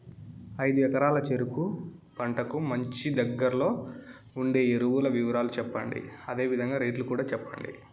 ఐదు ఎకరాల చెరుకు పంటకు మంచి, దగ్గర్లో ఉండే ఎరువుల వివరాలు చెప్పండి? అదే విధంగా రేట్లు కూడా చెప్పండి?